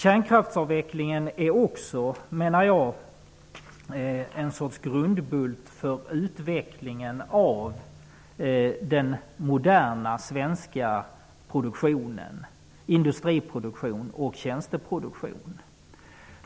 Kärnkraftsavvecklingen är också ett slags grundbult för utvecklingen av den moderna svenska produktionen, både för industriproduktion och för tjänsteproduktion.